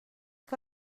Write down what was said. que